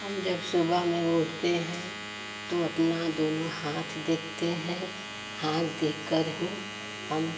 हम जब सुबह में उठते हैं तो अपना दोनों हाथ देखते हैं हाथ देखकर ही हम